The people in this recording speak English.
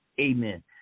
Amen